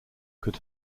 could